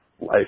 life